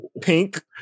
Pink